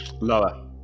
Lower